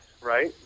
right